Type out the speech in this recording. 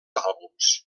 àlbums